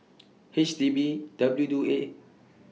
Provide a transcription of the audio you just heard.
H D B W Do A